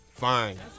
Fine